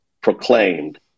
proclaimed